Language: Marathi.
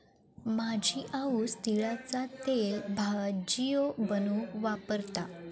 माझी आऊस तिळाचा तेल भजियो बनवूक वापरता